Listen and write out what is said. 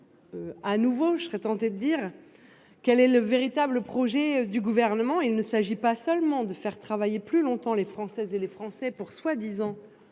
À nouveau, je serais tenté de dire. Quel est le véritable projet du gouvernement, il ne s'agit pas seulement de faire travailler plus longtemps les Françaises et les Français pour soi-disant